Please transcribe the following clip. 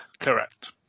Correct